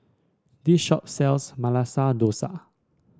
this shop sells Masala Dosa